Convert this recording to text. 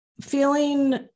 feeling